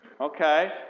Okay